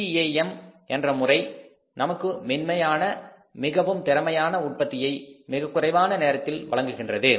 CAM என்ற முறை நமக்கு மென்மையான மிகவும் திறமையான உற்பத்தியை மிகக்குறைவான நேரத்தில் வழங்குகின்றது